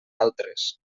altres